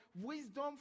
wisdom